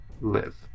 live